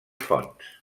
fonts